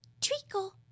Treacle